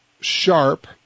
sharp